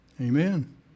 Amen